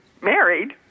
married